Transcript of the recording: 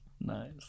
Nice